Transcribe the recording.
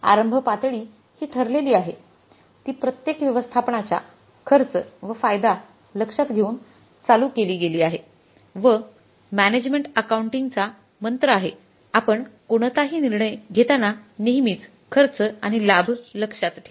आरंभ पातळी हि ठरलेली आहे ती प्रत्येक व्यवस्थापनाच्या खर्च व फायदा लक्षात ठेऊन चालू केली गेली आहे व कि मॅनेजमेन्ट अकाउंटिंगचा मंत्र आहे आपण कोणताही निर्णय घेताना नेहमीच खर्च आणि लाभ लक्षात ठेवा